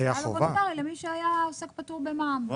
זה היה לא וולונטרי למי שהיה עוסק פטור במע"מ.